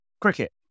Cricket